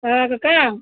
ꯀꯀꯥ